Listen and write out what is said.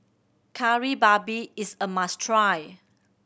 Kari Babi is a must try